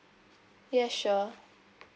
yes sure